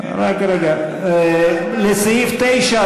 לסעיף 9,